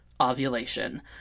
ovulation